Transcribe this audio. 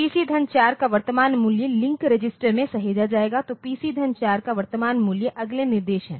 PC 4 का वर्तमान मूल्य लिंक रजिस्टर में सहेजा जाएगा तो PC4 का वर्तमान मूल्य अगले निर्देश है